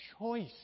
choice